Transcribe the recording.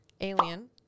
alien